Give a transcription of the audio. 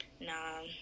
no